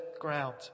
ground